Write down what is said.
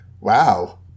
Wow